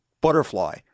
butterfly